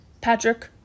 Patrick